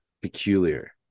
peculiar